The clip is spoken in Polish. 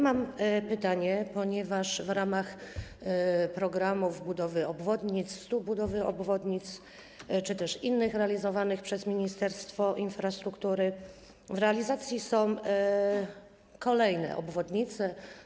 Mam pytanie, ponieważ w ramach „Programu budowy 100 obwodnic” czy też innych realizowanych przez Ministerstwo Infrastruktury w realizacji są kolejne obwodnice.